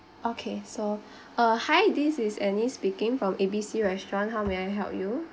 okay so uh hi this is annie speaking from A B C restaurant how may I help you